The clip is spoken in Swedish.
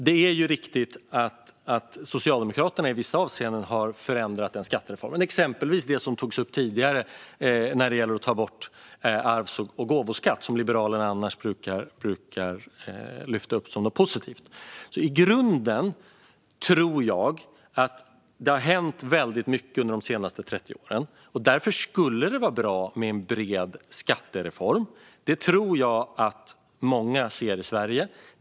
Det är riktigt att Socialdemokraterna i vissa avseenden har förändrat den skattereformen, exempelvis det som togs upp tidigare om att ta bort arvs och gåvoskatt, som Liberalerna annars brukar lyfta upp som något positivt. I grunden tror jag att det hänt väldigt mycket de senaste 30 åren. Därför skulle det vara bra med en bred skattereform. Det tror jag att många ser i Sverige.